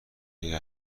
اگه